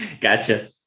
Gotcha